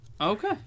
Okay